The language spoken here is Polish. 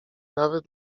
nawet